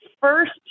first